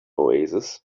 oasis